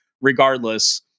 regardless